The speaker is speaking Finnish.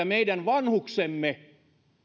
meidän vanhuksemme